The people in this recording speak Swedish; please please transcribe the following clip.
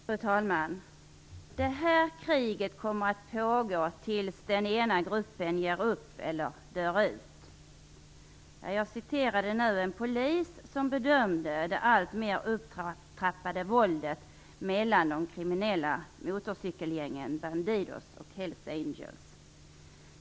Fru talman! "Det här kriget kommer att pågå tills den ena grupper ger upp eller dör ut." Jag citerade nu en polis som bedömde det alltmer upptrappade våldet mellan de kriminella motorcykelgängen Bandidos och Hells Angels.